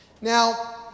Now